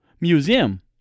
museum